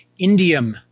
Indium